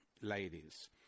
ladies